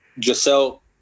Giselle